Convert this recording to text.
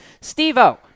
Steve-O